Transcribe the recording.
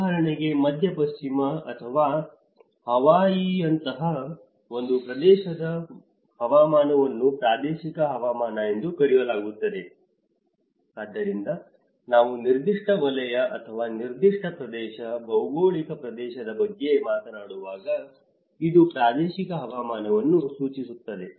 ಉದಾಹರಣೆಗೆ ಮಧ್ಯಪಶ್ಚಿಮ ಅಥವಾ ಹವಾಯಿಯಂತಹ ಒಂದು ಪ್ರದೇಶದ ಹವಾಮಾನವನ್ನು ಪ್ರಾದೇಶಿಕ ಹವಾಮಾನ ಎಂದು ಕರೆಯಲಾಗುತ್ತದೆ ಆದ್ದರಿಂದ ನಾವು ನಿರ್ದಿಷ್ಟ ವಲಯ ಅಥವಾ ನಿರ್ದಿಷ್ಟ ಪ್ರದೇಶ ಭೌಗೋಳಿಕ ಪ್ರದೇಶದ ಬಗ್ಗೆ ಮಾತನಾಡುವಾಗ ಇದು ಪ್ರಾದೇಶಿಕ ಹವಾಮಾನವನ್ನು ಸೂಚಿಸುತ್ತದೆ